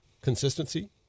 consistency